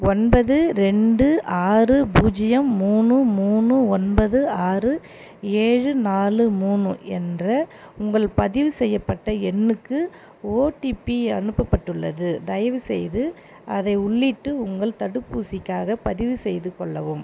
ஒன்பது ரெண்டு ஆறு பூஜ்ஜியம் மூணு மூணு ஒன்பது ஆறு ஏழு நாலு மூணு என்ற உங்கள் பதிவு செய்யப்பட்ட எண்ணுக்கு ஓடிபி அனுப்பப்பட்டுள்ளது தயவுசெய்து அதை உள்ளிட்டு உங்கள் தடுப்பூசிக்காகப் பதிவுசெய்து கொள்ளவும்